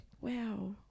Wow